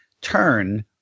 turn